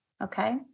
okay